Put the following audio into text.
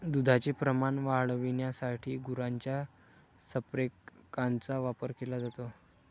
दुधाचे प्रमाण वाढविण्यासाठी गुरांच्या संप्रेरकांचा वापर केला जातो